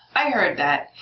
i heard that!